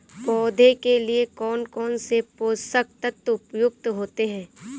पौधे के लिए कौन कौन से पोषक तत्व उपयुक्त होते हैं?